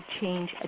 change